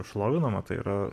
šlovinama tai yra